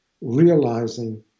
realizing